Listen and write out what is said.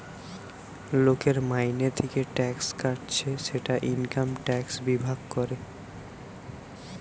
লোকের মাইনে থিকে ট্যাক্স কাটছে সেটা ইনকাম ট্যাক্স বিভাগ করে